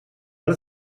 uit